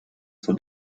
zur